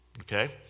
Okay